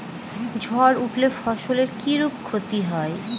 ঝড় উঠলে ফসলের কিরূপ ক্ষতি হয়?